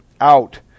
out